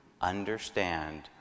understand